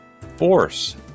force